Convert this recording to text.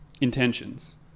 intentions